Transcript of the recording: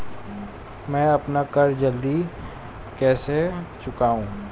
मैं अपना कर्ज जल्दी कैसे चुकाऊं?